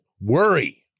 worry